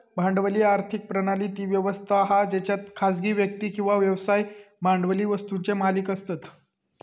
भांडवली आर्थिक प्रणाली ती व्यवस्था हा जेच्यात खासगी व्यक्ती किंवा व्यवसाय भांडवली वस्तुंचे मालिक असतत